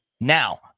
Now